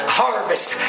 harvest